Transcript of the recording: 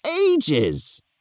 ages